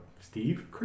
Steve